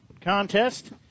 contest